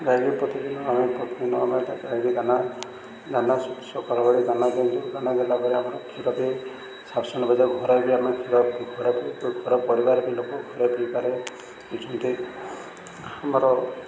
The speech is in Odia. ଗାଈ ବି ପ୍ରତିଦିନ ଆମେ ପ୍ରତିିଦିନ ଆମେ ଗାଈ ଦାନା ଦାନା ସକାଳ ଓଳି ଦାନା ଦିଅନ୍ତୁ ଦାନା ଦେଲା ପରେ ଆମର କ୍ଷୀର ବି ସଫସନ ବଜ ଘରେ ବି ଆମେ କ୍ଷୀର ଘ ଘର ପରିବାର ବି ଲୋକ ଘରେ ପିଇବାରେ ବଛନ୍ତି ଆମର